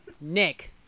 Nick